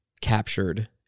captured